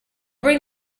bring